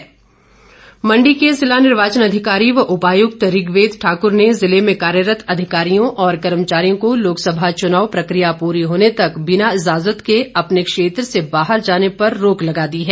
अनुमति मण्डी के जिला निर्वाचन अधिकारी व उपायुक्त ऋग्वेद ठाक्र ने जिले में कार्यरत अधिकारियों और कर्मचारियों को लोकसभा चुनाव प्रकिया पूरी होने तक बिना इजाजत के अपने क्षेत्र से बाहर जाने पर रोक लगा दी है